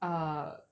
err